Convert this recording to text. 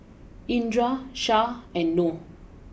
Indra Shah and Noh